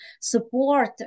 support